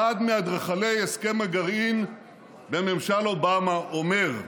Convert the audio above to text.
אחד מאדריכלי הסכם הגרעין בממשל אובמה, אומר,